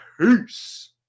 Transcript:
Peace